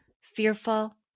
fearful